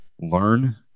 learn